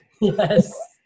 Yes